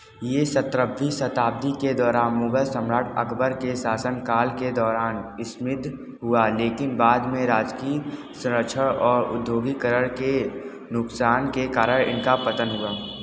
ये सत्रहवीं शताब्दी के दौरान मुगल सम्राट अकबर के शासनकाल के दौरान समृद्ध हुआ लेकिन बाद में राजकीय संरक्षण और उद्योगीकरण के नुकसान के कारण इनका पतन हुआ